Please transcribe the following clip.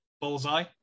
Bullseye